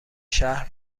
شهر